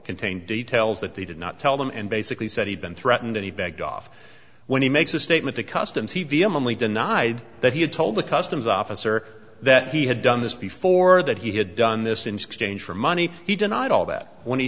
contained details that they did not tell them and basically said he'd been threatened and he begged off when he makes a statement to customs he vehemently denied that he had told the customs officer that he had done this before that he had done this into exchange for money he denied all that when he